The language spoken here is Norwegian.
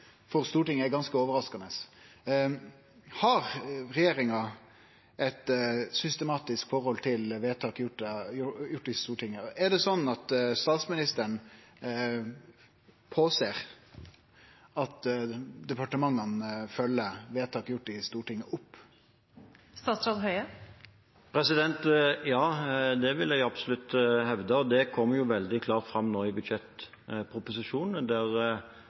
for Stortinget er ganske overraskande. Har regjeringa eit systematisk forhold til vedtak gjorde i Stortinget, og er det sånn at statsministeren ser til at departementa følgjer opp vedtak gjorde i Stortinget? Ja, det vil jeg absolutt hevde, og det kom jo veldig klart fram nå i budsjettproposisjonen, der